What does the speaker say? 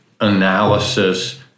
analysis